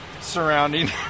surrounding